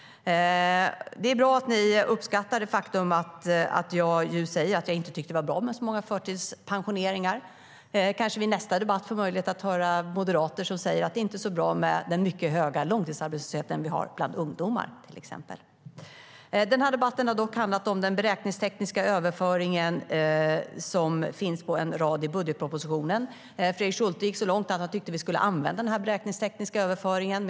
Det är bra att ni uppskattar det faktum att jag säger att jag inte tyckte att det var bra med så många förtidspensioneringar. Kanske får vi i nästa debatt möjlighet att höra moderater säga att det inte är så bra med den mycket höga långtidsarbetslöshet vi har bland ungdomar till exempel. Den här debatten har dock handlat om den beräkningstekniska överföringen, som finns på en rad i budgetpropositionen. Fredrik Schulte gick så långt att han tyckte att vi skulle använda den beräkningstekniska överföringen.